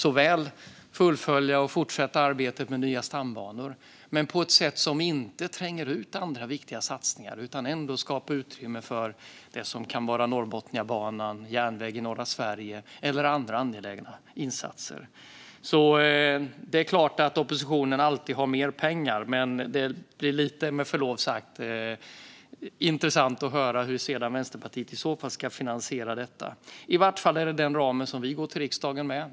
Det handlar om att fullfölja och fortsätta arbetet med nya stambanor, dock på ett sätt som inte tränger ut andra viktiga satsningar utan ändå skapar utrymme för det som kan vara Norrbotniabanan, järnväg i norra Sverige eller andra angelägna insatser. Det är klart att oppositionen alltid har mer pengar, men det är med förlov sagt lite intressant att höra hur Vänsterpartiet i så fall ska finansiera detta. I vart fall är det ramen som vi går till riksdagen med.